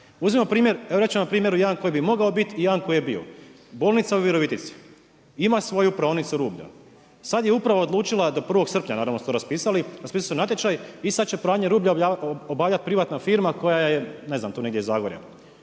Evo reći ću vam primjer jedan koji bi mogao biti i jedan koji je bio. Bolnica u Virovitici, ima svoju praonicu rublja, sad je upravo odlučila do 1.srpnja, naravno da su to raspisali, raspisali su natječaj i sad će pranje rublja obavljati privatna firma koja je ne znam tu negdje iz Zagorja.